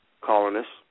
colonists